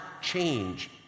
change